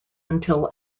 until